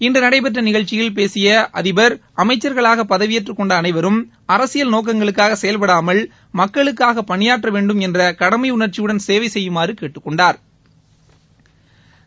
இன்று நடைபெற்ற நிகழ்ச்சியில் பேசிய அதிடர் அமைச்ச்களாக பதவியேற்றுக் கொண்ட அனைவரும் அரசியல் நோக்கங்களுக்காக செயல்படாமல் மக்களுக்காக பணியாற்ற வேண்டும் என்ற கடமை உணா்ச்சியுடன் சேவை செய்யுமாறு கேட்டுக் கொண்டாா்